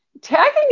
tagging